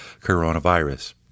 coronavirus